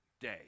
day